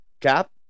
Cap